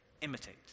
Imitate